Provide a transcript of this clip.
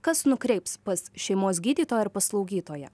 kas nukreips pas šeimos gydytoją ar pas slaugytoją